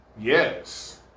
Yes